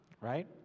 right